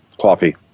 coffee